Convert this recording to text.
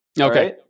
okay